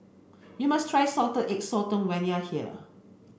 you must try salted egg sotong when you are here